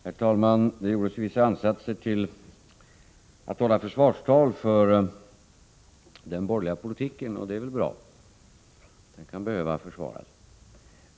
Herr talman! Det gjordes vissa ansatser att hålla försvarstal för den borgerliga politiken. Det är väl bra — den kan behöva försvaras.